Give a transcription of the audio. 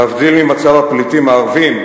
להבדיל ממצב הפליטים הערבים,